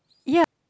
yeah